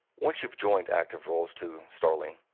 once you've joined active roles to starling,